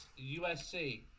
USC